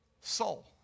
soul